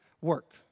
work